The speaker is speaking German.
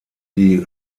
wie